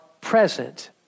present